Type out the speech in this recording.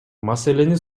маселени